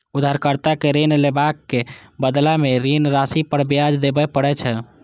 उधारकर्ता कें ऋण लेबाक बदला मे ऋण राशि पर ब्याज देबय पड़ै छै